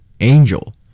Angel